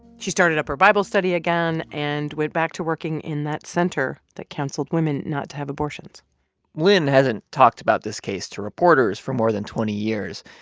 she started up her bible study again and went back to working in that center that counseled women not to have abortions lyn hasn't talked about this case to reporters for more than twenty years.